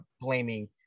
blaming